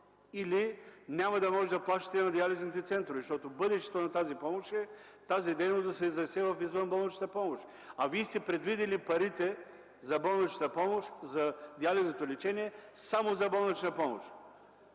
или няма да може да плащате на диализните центрове? Бъдещето на тази помощ е тази дейност да се изнесе в извънболничната помощ. Вие сте предвидили парите за болничната помощ, за диализното лечение само за болнична помощ.